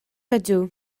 ydw